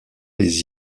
les